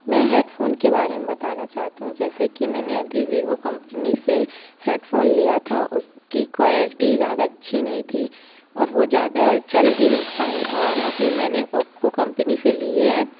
मैं हेडफ़ोन के बारे में बताना चाहती हूँ जैसे कि मैं अभी वीवो कम्पनी से हेडफ़ोन लिया था उसकी क्वालिटी ज़्यादा अच्छी नहीं थी और वह ज़्यादा चल भी नहीं पाए और अभी मैं ओप्पो कम्पनी से ली है